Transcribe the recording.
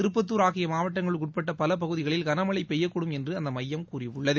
திருப்பத்துர் ஆகிய மாவட்டங்களுக்கு உட்பட்ட சில பகுதிகளில் கனமழை பெய்யக்கூடும் என்று அந்த மையம் கூறியுள்ளது